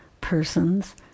persons